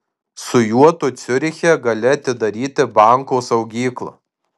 su juo tu ciuriche gali atidaryti banko saugyklą